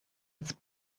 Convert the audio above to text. its